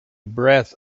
breath